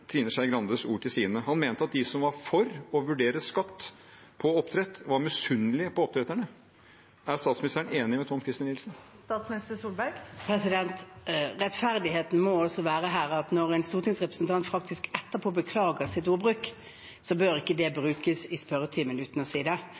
Trine Skei Grandes ord til sine. Han mente at de som var for å vurdere skatt på oppdrett, var misunnelige på oppdretterne. Er statsministeren enig med Tom-Christer Nilsen? Rettferdighet må også være at når en stortingsrepresentant etterpå faktisk beklager sin ordbruk, bør den ikke brukes i spørretimen uten å si det.